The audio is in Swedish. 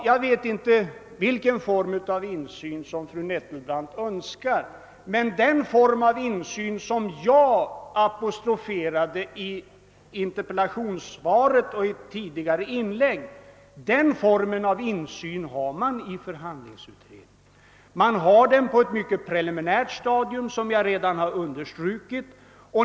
Jag vet inte vilken form av insyn fru Nettelbrandt önskar, men den form av insyn jag apostroferade i interpellationssvaret och i tidigare inlägg har man i förhandlingsutredningen. Man har den på ett mycket preliminärt stadium, som jag redan har understrukit.